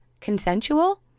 consensual